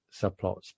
subplots